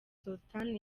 sultan